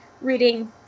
reading